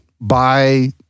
by-